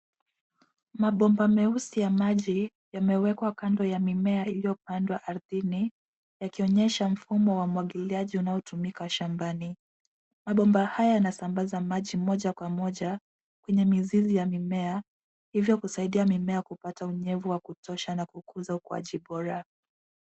Mabomba meusi ya maji yamewekwa kando ya mimea iliyopandwa ardhini yakionyesha mfumo wa umwagiliaji unaotumika shambani. Mabomba haya yanasambaza maji moja kwa moja kwenye mizizi ya mimea hivyo kusaidia mimea kupata unyevu wa kutosha na kukuza ukuaji bora.